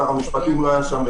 שר המשפטים לא היה שם,